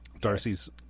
Darcy's